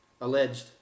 Alleged